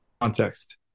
context